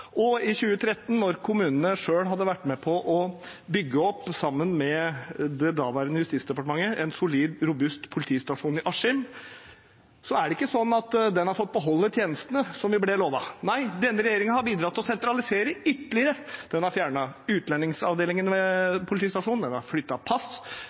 og selv om kommunene selv, sammen med Justisdepartementet den gangen, i 2013 var med på å bygge opp en solid og robust politistasjon i Askim, har ikke den fått beholde tjenestene, slik vi ble lovet. Nei, denne regjeringen har bidratt til å sentralisere ytterligere. Den har fjernet utlendingsavdelingen